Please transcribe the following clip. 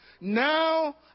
now